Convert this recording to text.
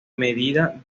medida